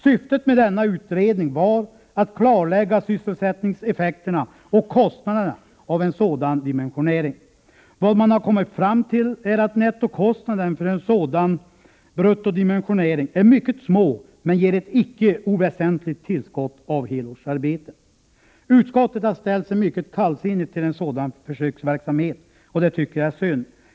Syftet med denna utredning var att klarlägga sysselsättningseffekterna av och kostnaderna för en sådan dimensionering. Vad man har kommit fram till är att en sådan bruttodimensionering drar en mycket liten nettokostnad men ger ett icke oväsentligt tillskott av helårsarbeten. Utskottet har ställt sig mycket kallsinnigt till en sådan försöksverksamhet, och det tycker jag är synd.